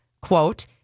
quote